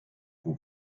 kui